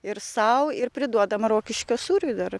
ir sau ir priduodam rokiškio sūriui dar